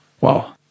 Wow